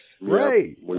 Right